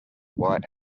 white